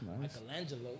Michelangelo